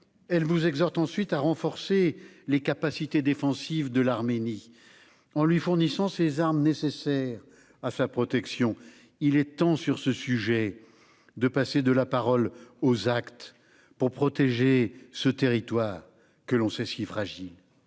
monsieur le ministre, à renforcer les capacités défensives de l'Arménie en lui fournissant les armes nécessaires à sa protection. Il est temps, sur ce sujet, de passer de la parole aux actes pour protéger ce territoire, que l'on sait si fragile.